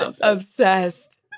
Obsessed